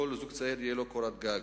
לכך שלכל זוג צעיר תהיה קורת גג.